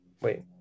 wait